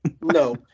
No